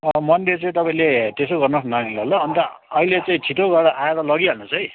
अँ मन्डे चाहिँ तपाईँले त्यसो गर्नुहोस् न नानीलाई ल अनि त अहिले चाहिँ छिटो गरेर आएर लगिहाल्नुहोस् है